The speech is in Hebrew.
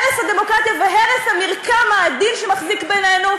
הרס הדמוקרטיה והרס המרקם האדיר שמחזיק בינינו,